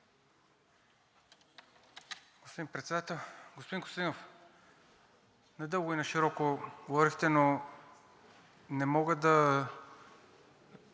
Господин Председател! Господин Костадинов! Надълго и нашироко говорихте, но не мога да